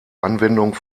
anwendung